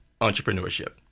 Entrepreneurship